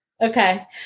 Okay